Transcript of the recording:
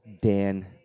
Dan